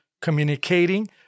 communicating